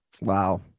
Wow